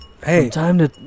Hey